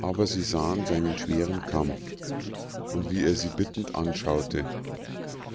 aber sie sahen seinen schweren kampf und wie er sie bittend anschaute